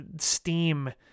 Steam